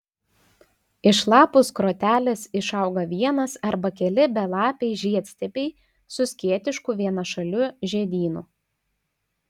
iš lapų skrotelės išauga vienas arba keli belapiai žiedstiebiai su skėtišku vienašaliu žiedynu